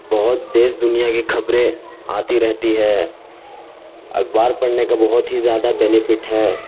بہت دیس دنیا کی خبریں آتی رہتی ہے اخبار پڑھنے کا بہت ہی زیادہ بینیفٹ ہے